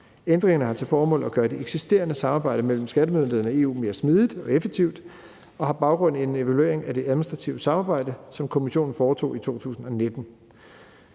Ændringerne har til formål at gøre det eksisterende samarbejde mellem skattemyndighederne i EU mere smidigt og effektivt og har baggrund i en evaluering af det administrative samarbejde, som Kommissionen foretog i 2019.